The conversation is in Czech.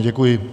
Děkuji.